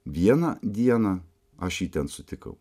vieną dieną aš jį ten sutikau